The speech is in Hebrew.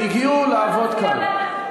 הם מהגרי עבודה שהגיעו לעבוד כאן.